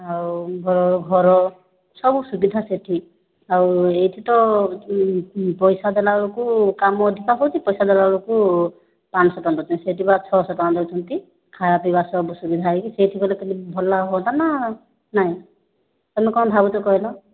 ଆଉ ଘର ସବୁ ସୁବିଧା ସେଇଠି ଆଉ ଏଇଠି ତ ପଇସା ଦେଲା ବେଳକୁ କାମ ଅଧିକା ହେଉଛି ତ ପଇସା ଦେଲା ବେଳକୁ ପାଞ୍ଚଶହ ଟଙ୍କା ସେଇଠି ବା ଛଅଶହ ଟଙ୍କା ଦେଉଛନ୍ତି ଖାଇବା ପିଇବା ସବୁ ସୁବିଧା ହୋଇକି ସେଇଠିକୁ ଗଲେ ଭଲ ହୁଅନ୍ତାନା ନାଇଁ ତୁମେ କ'ଣ ଭାବୁଛ କହିଲ